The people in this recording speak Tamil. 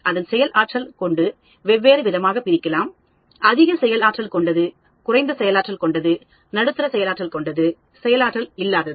அதன் செயல் ஆற்றல் கொண்டு வெவ்வேறு விதமாக பிரிக்கலாம் அதிக செயல் ஆற்றல் கொண்டது குறைந்த செயல் ஆற்றல் கொண்டது நடுத்தர செயலாற்றல் கொண்டது செயலாற்றல் இல்லாதது